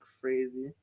crazy